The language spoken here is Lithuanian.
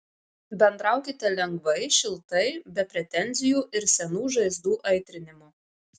bendraukite lengvai šiltai be pretenzijų ir senų žaizdų aitrinimo